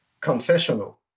confessional